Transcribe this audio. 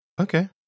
Okay